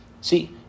see